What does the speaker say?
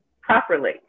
properly